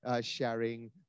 sharing